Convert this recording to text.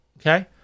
okay